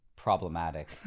problematic